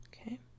Okay